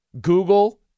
Google